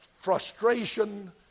frustration